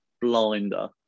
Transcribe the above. blinder